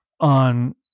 on